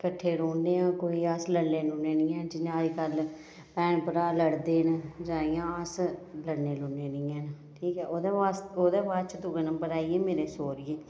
कट्ठे रौह्न्ने आं कोई अस लड़ने लुड़ने नि आं जियां अज्जकल भैन भ्राऽ लड़दे न जां इ'यां अस लड़ने लुड़ने नि आं ठीक ऐ ओह्दे बाद ओह्दे बाद च दूआ नंबर आई गे मेरे सौह्रियै